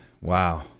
wow